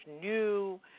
new